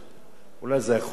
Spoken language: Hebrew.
אולי זה יכול לעזור,